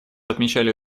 отмечали